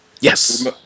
Yes